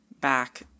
back